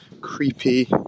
creepy